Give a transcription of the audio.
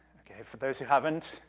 for those who haven't,